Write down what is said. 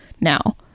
now